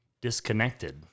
disconnected